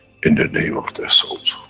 in the name of their souls,